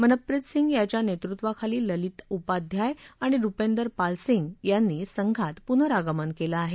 मनप्रीत सिंह याच्या नेतृत्वाखाली ललित उपाध्याय आणि रुपिंदर पाल सिंह यांनी संघात पुनरागमन केलं आहे